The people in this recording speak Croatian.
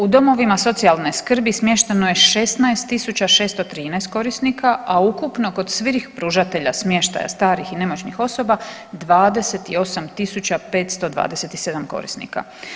U domovima socijalne skrbi smješteno je 16.613 korisnika, a ukupno kod svih pružatelja smještaja starih i nemoćnih osoba 28.527 korisnika.